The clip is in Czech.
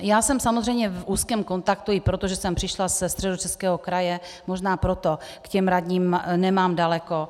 Já jsem samozřejmě v úzkém kontaktu i proto, že jsem přišla ze Středočeského kraje, možná proto k těm radním nemám daleko.